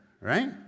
right